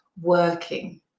working